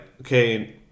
okay